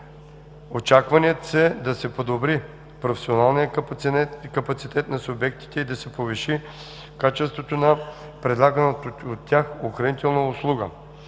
Очакванията са да се подобри професионалният капацитет на субектите и да се повиши качеството на предлаганата от тях охранителна услуга.